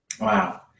Wow